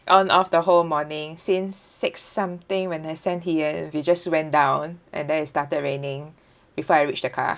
on off the whole morning since six something when they send he uh he just went down and then it started raining before I reach the car